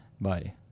Bye